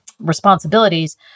responsibilities